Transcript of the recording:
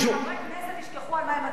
חברי הכנסת ישכחו על מה הם מצביעים.